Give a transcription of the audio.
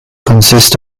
consist